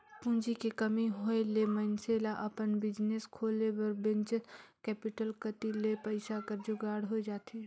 पूंजी के कमी होय ले मइनसे ल अपन बिजनेस खोले बर वेंचर कैपिटल कती ले पइसा कर जुगाड़ होए जाथे